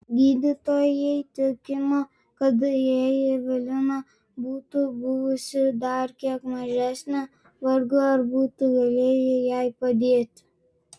gydytojai tikino kad jei evelina būtų buvusi dar kiek mažesnė vargu ar būtų galėję jai padėti